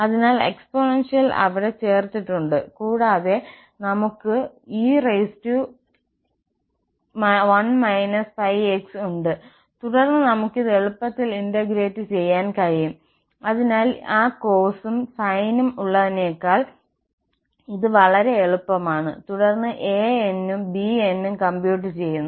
അതിനാൽ എക്സ്പോണൻഷ്യൽ അവിടെ ചേർത്തിട്ടുണ്ട് കൂടാതെ നമുക്ക് e1−¿x ഉണ്ട് തുടർന്ന് നമുക്ക് ഇത് എളുപ്പത്തിൽ ഇന്റഗ്രേറ്റ് ചെയ്യാൻ കഴിയും അതിനാൽ ആ കോസും സൈനും ഉള്ളതിനേക്കാൾ ഇത് വളരെ എളുപ്പമാണ് തുടർന്ന് ans ഉം bns കംപ്യൂട്ട് ചെയ്യുന്നു